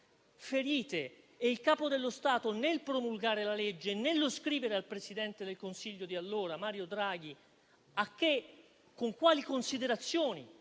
ferite. Il Capo dello Stato, nel promulgare la legge e nello scrivere al presidente del Consiglio di allora, Mario Draghi, con quali considerazioni